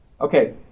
Okay